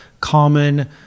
common